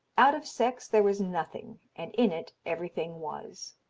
out of sex there was nothing and in it everything was.